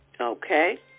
Okay